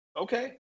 okay